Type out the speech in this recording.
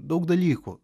daug dalykų